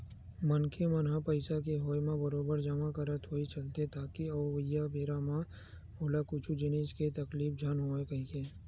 मनखे मन ह पइसा के होय म बरोबर जमा करत होय चलथे ताकि अवइया बेरा म ओला कुछु जिनिस के तकलीफ झन होवय कहिके